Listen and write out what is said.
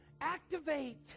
Activate